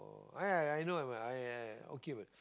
I I I know I I'm uh okay what